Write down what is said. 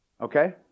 okay